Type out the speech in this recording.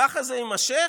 ככה זה יימשך?